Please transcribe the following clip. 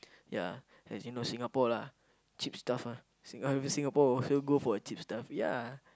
ya as you know Singapore lah cheap stuff lah sing~ I mean Singapore might as well go for the cheap stuff ya